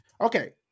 Okay